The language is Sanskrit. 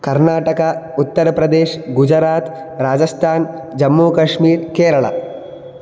कर्नाटक उत्तरप्रदेश् गुजरात् राजस्थान् जम्मुकश्मीर् केरल